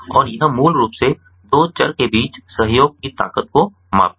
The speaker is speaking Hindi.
और यह मूल रूप से दो चर के बीच सहयोग की ताकत को मापता है